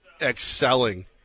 excelling